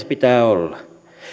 pitää olla